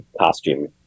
costume